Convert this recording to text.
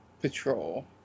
Patrol